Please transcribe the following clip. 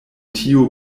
tiu